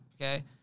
Okay